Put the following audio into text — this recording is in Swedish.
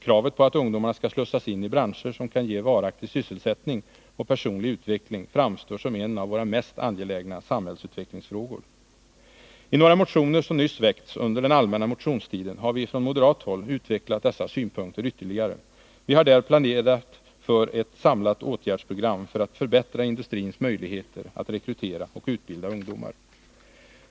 Kravet på att ungdomarna skall slussas in i branscher som kan ge varaktig sysselsättning och personlig utveckling framstår som en av våra mest angelägna samhällsutvecklingsfrågor. I några motioner som nyss väckts under den allmänna motionstiden har vi från moderat håll utvecklat dessa synpunkter ytterligare. Vi har där pläderat för ett samlat åtgärdsprogram för att förbättra industrins möjligheter att rekrytera och utbilda ungdomar.